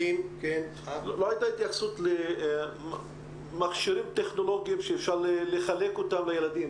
לא היתה התייחסות למכשירים טכנולוגיים שאפשר לחלק אותם לילדים.